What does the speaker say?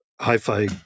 hi-fi